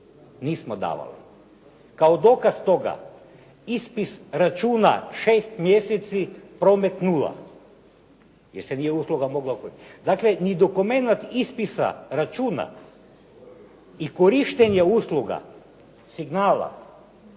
nismo davali. Kao dokaz toga, ispis računa 6 mjeseci, promet 0 jer se nije usluga mogla koristiti. Dakle, ni dokumenta ispisa računa korištenje usluga signala